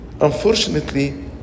Unfortunately